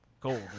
gold